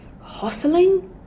hustling